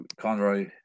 Conroy